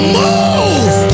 move